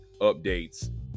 updates